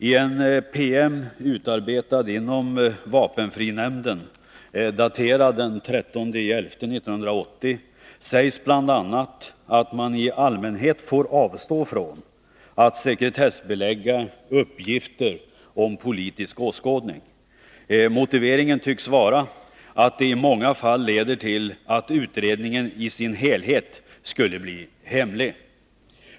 I en PM; utarbetad inom vapenfrinämnden och daterad den 13 november 1980, sägs bl.a. att man i allmänhet får avstå från att sekretessbelägga uppgifter om politisk åskådning. Motiveringen tycks vara att det i många fall leder till att utredningen i dess helhet skulle bli hemlig.